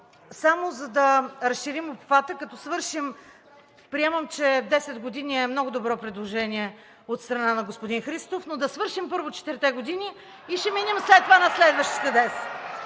Само за да разширим обхвата, като свършим, приемам, че 10 години е много добро предложение от страна на господин Христов, но да свършим първо четирите години и ще минем след това на следващите десет.